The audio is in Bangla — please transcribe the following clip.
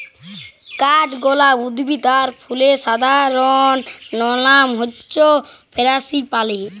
কাঠগলাপ উদ্ভিদ আর ফুলের সাধারণলনাম হচ্যে ফারাঙ্গিপালি